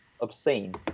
obscene